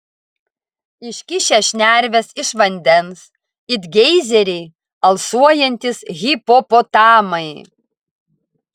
iškišę šnerves iš vandens it geizeriai alsuojantys hipopotamai